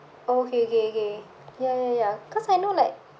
oh okay okay okay ya ya ya cause I know like